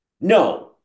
No